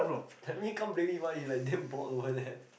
that mean can't blame him he like damn bored over there